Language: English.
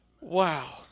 Wow